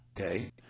Okay